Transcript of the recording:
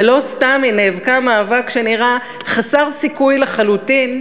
ולא סתם היא נאבקה מאבק שנראה חסר סיכוי לחלוטין,